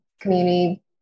community